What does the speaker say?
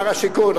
שר השיכון,